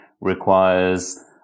requires